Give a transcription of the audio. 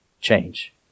change